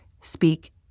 speak